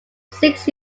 six